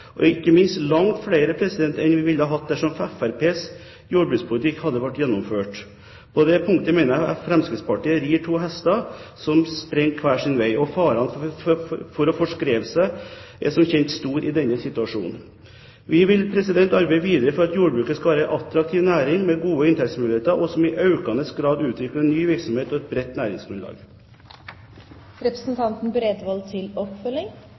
dersom Fremskrittspartiets jordbrukspolitikk hadde vært gjennomført. På dette punktet mener jeg Fremskrittspartiet rir to hester som løper hver sin vei, og faren for å forskreve seg er, som kjent, stor i denne situasjonen. Vi vil arbeide videre for at jordbruket skal være en attraktiv næring med gode inntektsmuligheter, og som i økende grad utvikler ny virksomhet og et bredt